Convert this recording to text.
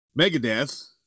Megadeth